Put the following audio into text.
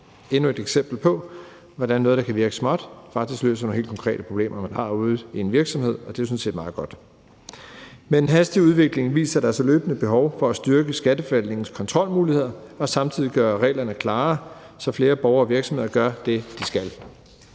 endnu et eksempel på, hvordan noget, der kan virke småt, faktisk løser nogle helt konkrete problemer, man har ude i en virksomhed, og det er jo sådan set meget godt. Med den hastige udvikling viser der sig løbende behov for at styrke Skatteforvaltningens kontrolmuligheder og samtidig gøre reglerne klarere, så flere borgere og virksomheder gør det, de skal.